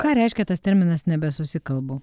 ką reiškia tas terminas nebesusikalbu